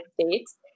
States